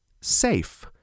SAFE